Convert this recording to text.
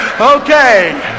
Okay